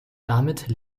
damit